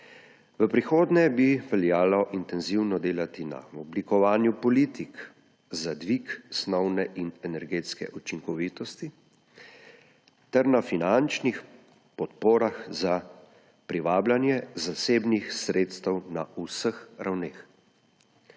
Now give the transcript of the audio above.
V prihodnje bi veljalo intenzivno delati na oblikovanju politik za dvig snovne in energetske učinkovitosti ter na finančnih podporah za privabljanje zasebnih sredstev na vseh ravneh.